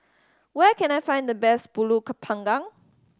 where can I find the best Pulut Panggang